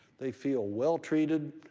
they feel well-treated,